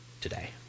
today